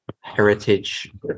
heritage